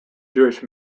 jewish